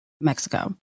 Mexico